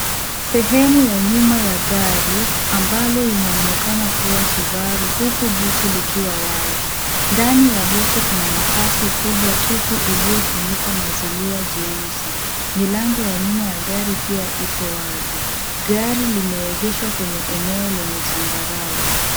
Sehemu ya nyuma ya gari ambalo linaonekana kuwa Subaru huku buti likiwa wazi. Ndani ya buti kuna nafasi kubwa tupu iliyofunikwa na zulia jeusi. Milango ya nyuma ya gari pia iko wazi. Gari limeegeshwa kwenye eneo lenye changarawe.